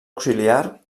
auxiliar